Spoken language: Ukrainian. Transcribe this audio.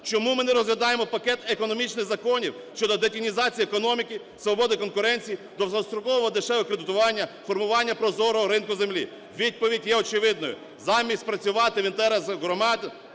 Чому ми не розглядаємо пакет економічних законів щодо детінізації економіки, свободи конкуренції, довгострокового дешевого кредитування, формування прозорого ринку землі? Відповідь є очевидною: замість працювати в інтересах громад,